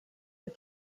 but